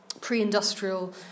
pre-industrial